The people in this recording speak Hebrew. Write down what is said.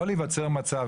יכול להיווצר מצב,